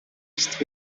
ist